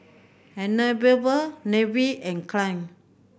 Anabel Leif and Kalyn